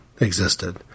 existed